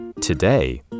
Today